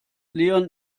leon